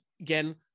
Again